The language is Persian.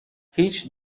هیچ